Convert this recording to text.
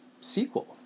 sequel